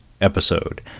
episode